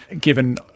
given